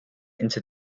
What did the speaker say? into